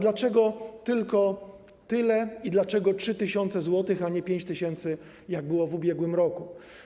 Ale dlaczego tylko tyle i dlaczego 3 tys. zł, a nie 5 tys., jak było w ubiegłym roku?